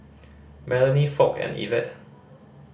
Melony Foch and Ivette